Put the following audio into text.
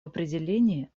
определении